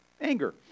anger